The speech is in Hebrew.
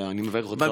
ואני מברך אותך על כך.